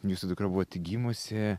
jūsų dukra buvo tik gimusi